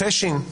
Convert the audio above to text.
חשין,